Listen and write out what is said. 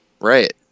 Right